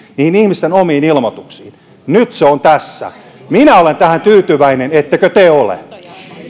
ihmisten omiin ilmoituksiin nyt se on tässä minä olen tähän tyytyväinen ettekö te ole